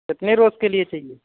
کتنے روز کے لیے چاہیے